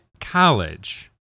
college